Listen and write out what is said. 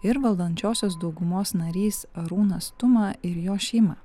ir valdančiosios daugumos narys arūnas tuma ir jo šeima